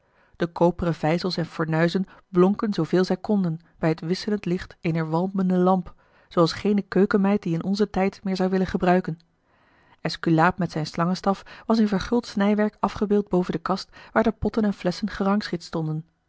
de koperen vijzels en fornuizen blonken zooveel zij konden bij het wisselend licht eener walmende lamp zooals geene keukenmeid die in onzen tijd meer zou willen gebruiken esculaap met zijn slangenstaf was in verguld snijwerk afgebeeld boven de kast waar de potten en flesschen gerangschikt stonden